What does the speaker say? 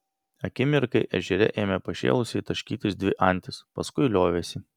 akimirkai ežere ėmė pašėlusiai taškytis dvi antys paskui liovėsi